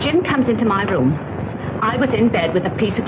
jim comes into my room i was in bed with a piece